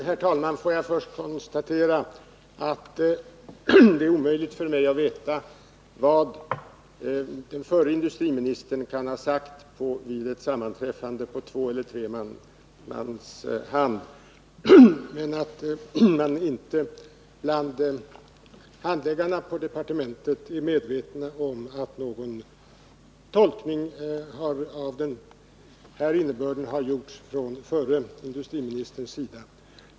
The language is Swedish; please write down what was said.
Herr talman! Jag vill först konstatera att det är omöjligt för mig att veta vad den förre industriministern har sagt vid ett sammanträffande på två eller tre man hand. Handläggarna på departementet är emellertid inte medvetna om att någon tolkning av den här innebörden har gjorts av den förre industriministern.